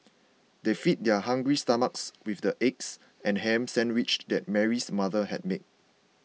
they fed their hungry stomachs with the eggs and ham sandwiches that Mary's mother had made